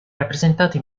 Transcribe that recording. rappresentato